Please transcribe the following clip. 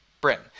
brim